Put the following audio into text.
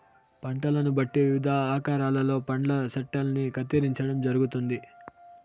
పంటలను బట్టి వివిధ ఆకారాలలో పండ్ల చెట్టల్ని కత్తిరించడం జరుగుతుంది